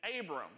Abram